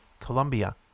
Colombia